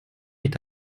est